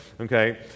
Okay